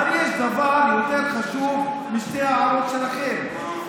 אבל יש דבר יותר חשוב משתי ההערות שלכם.